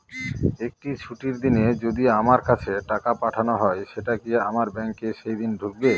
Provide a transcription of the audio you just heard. একটি ছুটির দিনে যদি আমার কাছে টাকা পাঠানো হয় সেটা কি আমার ব্যাংকে সেইদিন ঢুকবে?